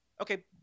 Okay